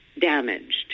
damaged